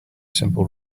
simple